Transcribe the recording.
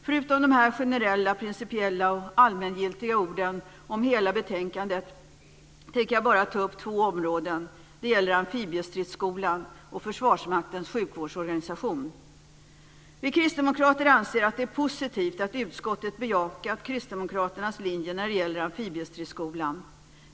Förutom de här generella, principiella och allmängiltiga orden om hela betänkandet tänker jag bara ta upp två områden. Det gäller Amfibiestridsskolan och Försvarsmaktens sjukvårdsorganisation. Vi kristdemokrater anser att det är positivt att utskottet bejakat Kristdemokraternas linje när det gäller Amfibiestridsskolan.